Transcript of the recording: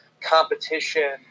competition